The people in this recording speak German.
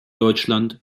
deutschland